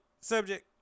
subject